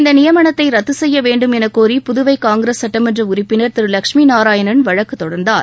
இந்த நியமனத்தை ரத்து செய்ய வேண்டும் எனக் கோரி புதுவை காங்கிரஸ் சட்டமன்ற உறுப்பினர் திரு லஷ்மி நாராயணன் வழக்கு தொடர்ந்தார்